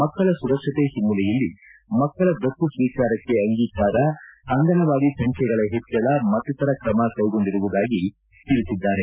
ಮಕ್ಕಳ ಸುರಕ್ಷತೆ ಹಿನ್ನೆಲೆಯಲ್ಲಿ ಮಕ್ಕಳ ದತ್ತು ಸ್ವೀಕಾರಕ್ಕೆ ಅಂಗೀಕಾರ ಅಂಗನವಾಡಿ ಸಂಖ್ಯೆಗಳ ಹೆಚ್ಚಳ ಮತ್ತಿತರ ಕ್ರಮ ಕೈಗೊಂಡಿರುವುದಾಗಿ ತಿಳಿಸಿದ್ದಾರೆ